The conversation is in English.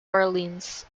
orleans